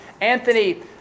Anthony